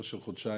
לא של חודשיים,